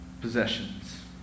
possessions